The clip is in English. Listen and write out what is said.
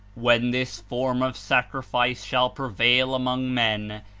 when this form of sacrifice shall prevail among men,